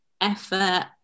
effort